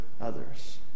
others